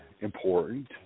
important